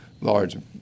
large